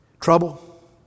Trouble